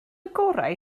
gorau